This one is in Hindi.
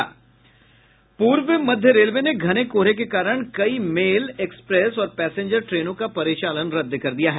पूर्व मध्य रेलवे ने घने कोहरे के कारण कई मेल एक्सप्रेस और पैसेंजर ट्रेनों का परिचालन रद्द कर दिया है